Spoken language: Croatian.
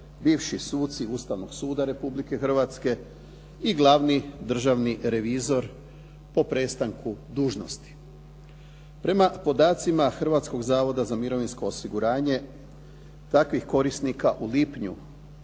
bivši suci Ustavnog suda Republike Hrvatske i glavni državni revizor po prestanku dužnosti. Prema podacima Hrvatskog zavoda za mirovinsko osiguranje takvih korisnika u lipnju